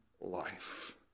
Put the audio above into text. life